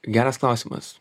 geras klausimas